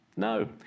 No